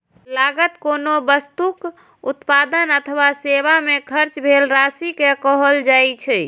लागत कोनो वस्तुक उत्पादन अथवा सेवा मे खर्च भेल राशि कें कहल जाइ छै